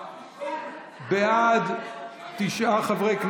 בעד, תשעה חברי כנסת,